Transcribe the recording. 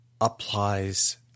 applies